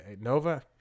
Nova